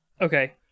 Okay